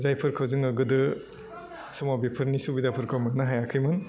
जायफोरखौ जोङो गोदो समाव बेफोरनि सुबिदाफोरखौ मोन्नो हायाखैमोन